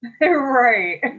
right